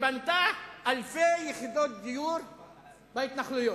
ובנתה אלפי יחידות דיור בהתנחלויות.